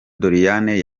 doriane